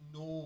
no